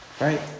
right